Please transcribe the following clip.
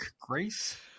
Grace